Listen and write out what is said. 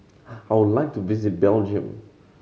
I would like to visit Belgium